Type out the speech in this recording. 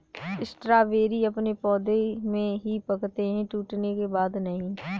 strawberry अपने पौधे में ही पकते है टूटने के बाद नहीं